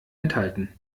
enthalten